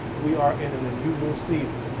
we are in an unusual season,